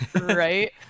right